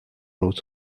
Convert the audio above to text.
root